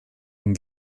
ein